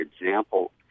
example